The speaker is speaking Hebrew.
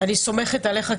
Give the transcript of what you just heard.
אני סומכת עליך,